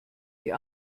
die